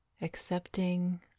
Accepting